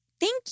Thank